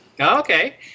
Okay